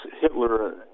hitler